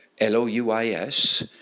L-O-U-I-S